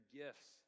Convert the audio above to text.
gifts